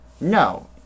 No